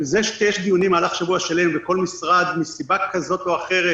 זה שיש דיונים במהלך שבוע שלם וכל משרד מסיבה כזאת או אחרת,